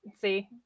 see